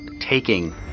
taking